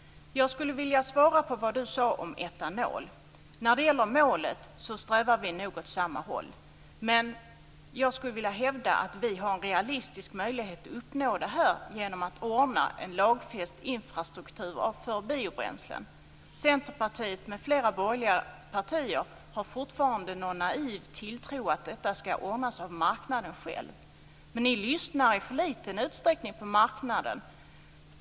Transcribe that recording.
Jag skulle också vilja svara på frågan om etanol. Vad gäller målet strävar vi nog åt samma håll, men jag skulle vilja hävda att vi anvisar en realistisk möjlighet att uppnå det genom att ordna en lagfäst infrastruktur av biobränslen. Centerpartiet m.fl. borgerliga partier har fortfarande en naiv tilltro till att detta ska ordnas av marknaden själv, men ni lyssnar i för liten utsträckning på marknaden.